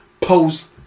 post